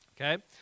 Okay